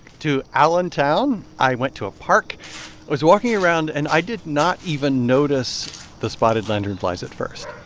to allentown. i went to a park. i was walking around. and i did not even notice the spotted lanternflies at first.